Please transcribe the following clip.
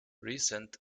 recent